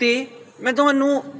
ਅਤੇ ਮੈਂ ਤੁਹਾਨੂੰ